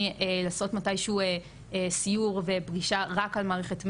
לעשות מתישהו סיור ופגישה רק על מערכת מנ"ע,